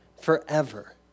forever